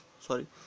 Sorry